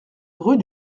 rue